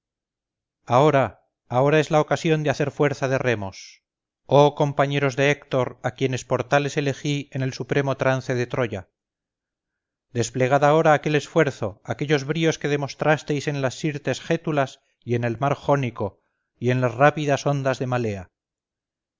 ahora ahora es la ocasión de hacer fuerza de remos oh compañeros de héctor a quienes por tales elegí en el supremo trance de troya desplegad ahora aquel esfuerzo aquellos bríos que demostrasteis en las sirtes gétulas y en el mar jónico y en las rápidas ondas de malea